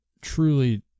truly